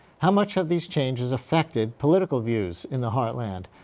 how much have these changes affected political views in the heartland?